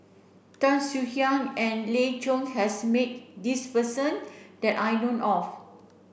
Tan Swie Hian and Lan Loy has met this person that I know of